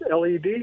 LED